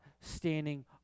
standing